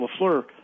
LaFleur